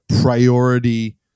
priority